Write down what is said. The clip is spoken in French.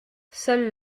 seule